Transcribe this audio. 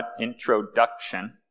introduction